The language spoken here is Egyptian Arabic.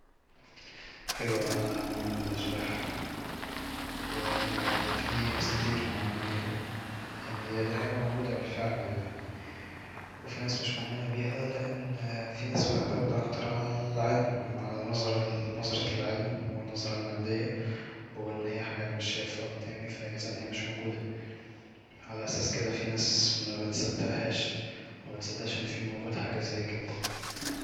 أيوة أنا مؤمن بالاشياح وفي ناس كتير مؤمنه بيها لان دي حاجة موجودة بالفعل يعني وفي ناس مش مؤمنه بيها لان في ناس بتعتكد اكتر على العلم وعلى نظر نظرة العلم والنظرة المادية وان هي حاجة أنا مش شايفها قدامي إذا هي مش موجودة على اساس كده في ناس ما بتصدقهاش ما بتصدقش أن في موجود حاجة زي كده